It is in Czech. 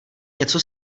něco